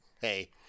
Hey